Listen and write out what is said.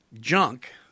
junk